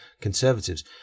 Conservatives